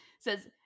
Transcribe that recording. Says